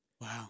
Wow